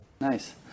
Nice